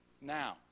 Now